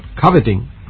coveting